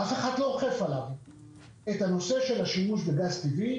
אף אחד לא אוכף עליו את הנושא של השימוש בגז טבעי,